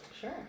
Sure